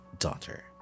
daughter